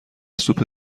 سوپ